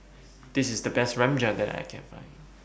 This IS The Best Rajma that I Can Find